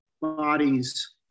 bodies